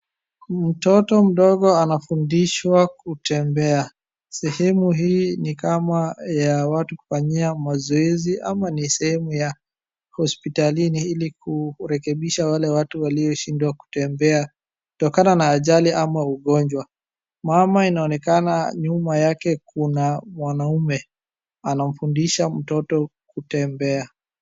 mtoto mdogo anafundishwa kutembea ,sehemu hii ni ya watu wanaofanyia mazoezi ama ni sehemu ya hospitalini iliotumika kurekebisha watu walioshindwa kutembea kutokana na ajali ama ugonjwa .Mama inaonekana nyuma yake kuna mwanaume anamfundisha mtoto kutembea